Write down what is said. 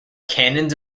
canons